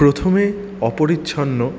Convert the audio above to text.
প্রথমে অপরিচ্ছন্ন